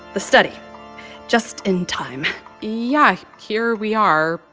the study just in time yeah. here we are.